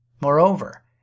Moreover